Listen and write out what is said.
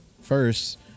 first